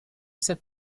set